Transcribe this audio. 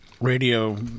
radio